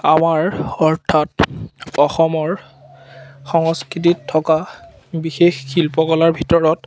আমাৰ অৰ্থাৎ অসমৰ সংস্কৃতিত থকা বিশেষ শিল্পকলাৰ ভিতৰত